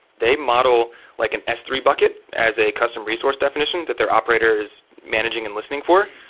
they model like an s three bucket as a custom resource definition that their operator is managing and listening for.